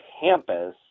campus